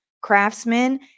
craftsmen